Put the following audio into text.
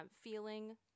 feeling